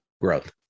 growth